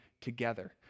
together